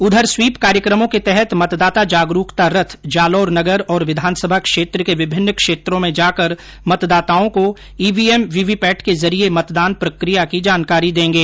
उधर स्वीप कार्यक्रमों के तहत मतदाता जागरूकता रथ जालोर नगर और विधानसभा क्षेत्र के विभिन्न क्षेत्रों में जाकर मतदाताओं को ईवीएम वीवीपैट के जरिये मतदान प्रक्रिया की जानकारी देंगे